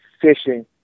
Fishing